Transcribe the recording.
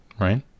right